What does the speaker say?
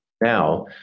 Now